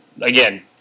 Again